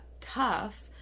tough